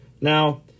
Now